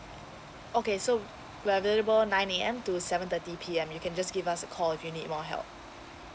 okay so we're available nine AM to seven thirty PM you can just give us a call you need more help